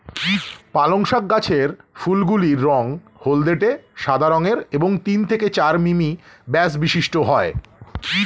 পালং শাক গাছের ফুলগুলি রঙ হলদেটে সাদা রঙের এবং তিন থেকে চার মিমি ব্যাস বিশিষ্ট হয়